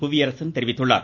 புவியரசன் தெரிவித்துள்ளார்